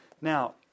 Now